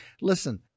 Listen